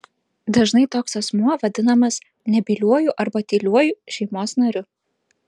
dažnai toks asmuo vadinamas nebyliuoju arba tyliuoju šeimos nariu